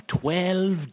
twelve